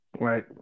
right